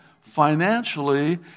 financially